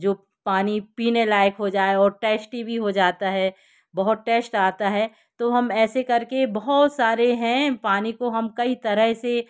जो पानी पीने लायक़ हो जाए और टेश्टी भी हो जाता है बहुत टेश्ट आता है तो हम ऐसे कर के बहुत सारे हैं पानी को हम कई तरह से